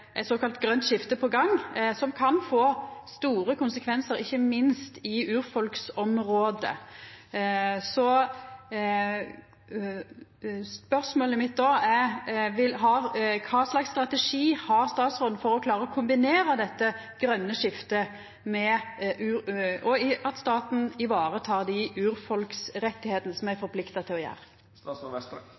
såkalla grønt skifte på gang som kan få store konsekvensar, ikkje minst i urfolksområde. Spørsmålet mitt er: Kva slags strategi har statsråden for å klara å kombinera dette grøne skiftet med at staten tek i vare urfolksrettane, som me er forplikta til å